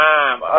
time